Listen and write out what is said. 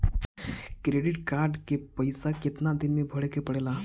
Credit card के पइसा कितना दिन में भरे के पड़ेला?